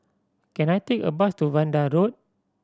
can I take a bus to Vanda Road